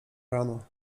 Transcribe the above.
rano